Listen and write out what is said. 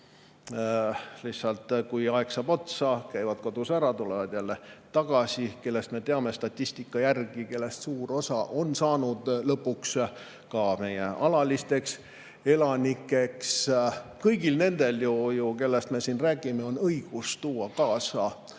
osa, kui aeg saab otsa, käivad lihtsalt kodus ära ja tulevad jälle tagasi. Ja me teame statistika järgi, et nendest suur osa on saanud lõpuks ka meie alalisteks elanikeks. Kõigil nendel, kellest me räägime, on ju õigus tuua kaasa